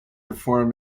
performed